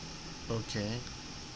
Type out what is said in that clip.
okay